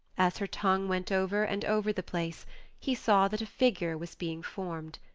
as her tongue went over and over the place he saw that a figure was being formed.